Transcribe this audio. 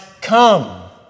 come